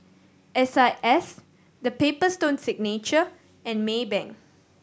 S I S The Paper Stone Signature and Maybank